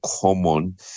common